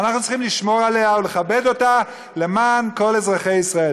ואנחנו צריכים לשמור עליה ולכבד אותה למען כל אזרחי ישראל.